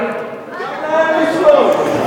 גם להם יש רוב,